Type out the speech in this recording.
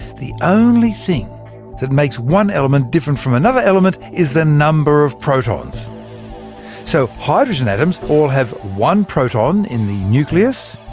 the only thing that makes one element different from another element is the number of protons so hydrogen atoms all have one proton in the nucleus,